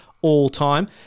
all-time